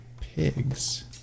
pigs